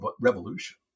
revolution